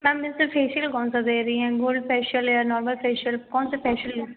ma'am वैसे facial कौन सा दे रही हैं गोल्ड फेशियल या नॉर्मल फेशियल कौन सा फेशियल